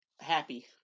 happy